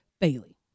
Bailey